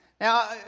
Now